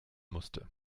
musste